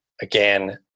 again